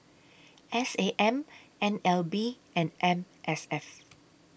S A M N L B and M S F